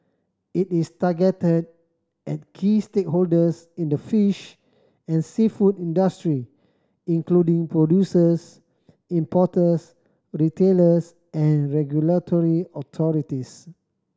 it is targeted at key stakeholders in the fish and seafood industry including producers importers retailers and regulatory authorities